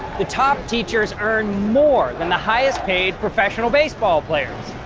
the top teachers earn more than the highest paid professional baseball players.